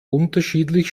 unterschiedlich